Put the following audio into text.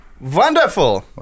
Wonderful